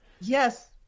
Yes